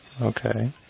Okay